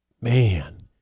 man